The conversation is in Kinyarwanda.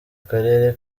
karere